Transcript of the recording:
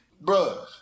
Bro